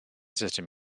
system